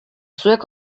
zuek